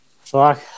Fuck